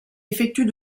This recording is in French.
effectue